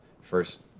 first